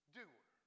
doer